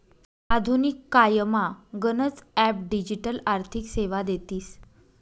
आधुनिक कायमा गनच ॲप डिजिटल आर्थिक सेवा देतीस